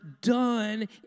done